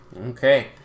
Okay